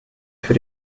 für